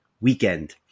Weekend